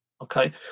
Okay